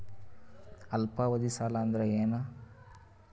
ಅಲ್ಪಾವಧಿ ಸಾಲ ಅಂದ್ರ ಏನು?